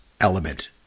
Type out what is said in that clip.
element